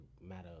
matter